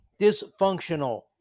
Dysfunctional